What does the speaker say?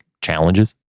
challenges